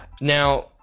now